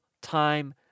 time